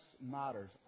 matters